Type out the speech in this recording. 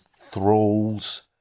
thralls